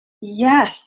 Yes